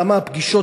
למה הפגישות,